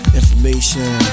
information